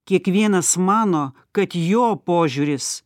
kiekvienas mano kad jo požiūris